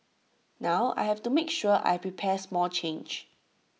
now I have to make sure I prepare small change